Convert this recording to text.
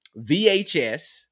VHS